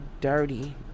dirty